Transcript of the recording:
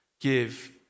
give